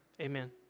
Amen